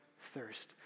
thirst